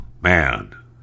man